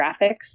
graphics